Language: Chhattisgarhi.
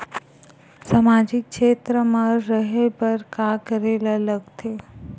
सामाजिक क्षेत्र मा रा हे बार का करे ला लग थे